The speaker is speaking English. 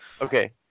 Okay